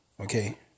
okay